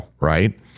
right